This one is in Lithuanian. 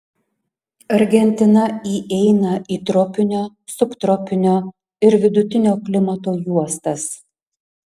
argentina įeina į tropinio subtropinio ir vidutinio klimato juostas